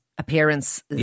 Appearance